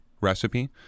recipe